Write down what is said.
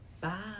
Bye